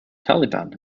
taliban